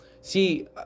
See